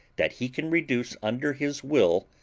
that he can reduce under his will,